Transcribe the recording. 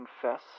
confess